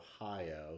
Ohio